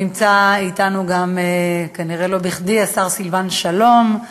נמצא אתנו גם, כנראה לא בכדי, השר סילבן שלום,